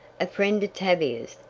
a friend of tavia's,